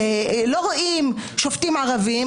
לא רואים שופטים ערבים,